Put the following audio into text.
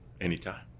anytime